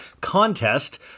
contest